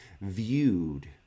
viewed